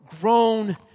grown